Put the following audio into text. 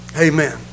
amen